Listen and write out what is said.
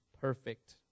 perfect